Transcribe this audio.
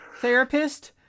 therapist